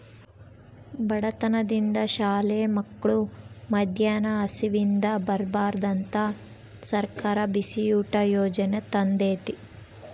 ಬಡತನದಿಂದ ಶಾಲೆ ಮಕ್ಳು ಮದ್ಯಾನ ಹಸಿವಿಂದ ಇರ್ಬಾರ್ದಂತ ಸರ್ಕಾರ ಬಿಸಿಯೂಟ ಯಾಜನೆ ತಂದೇತಿ